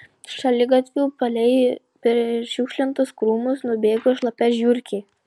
šaligatviu palei prišiukšlintus krūmus nubėgo šlapia žiurkė